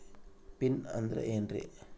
Pin ಅಂದ್ರೆ ಏನ್ರಿ?